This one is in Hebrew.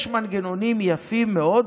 יש מנגנונים יפים מאוד,